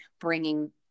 bringing